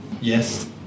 yes